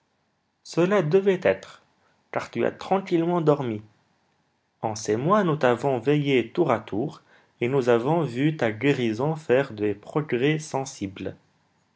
cela devait être car tu as tranquillement dormi hans et moi nous t'avons veillé tour à tour et nous avons vu ta guérison faire des progrès sensibles